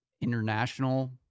international